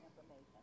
information